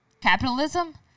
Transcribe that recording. capitalism